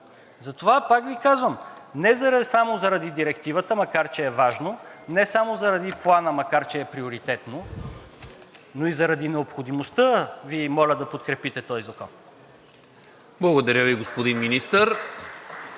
Затова, пак Ви казвам, не само заради Директивата, макар че е важно, не само заради Плана, макар че е приоритетно, но и заради необходимостта Ви моля да подкрепите този закон. ПРЕДСЕДАТЕЛ НИКОЛА МИНЧЕВ: Благодаря Ви, господин Министър.